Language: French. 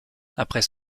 après